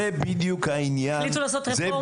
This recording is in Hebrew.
החליטו לעשות רפורמה שאפשר לעשות ביולוגיה --- זה